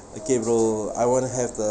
okay bro I want to have a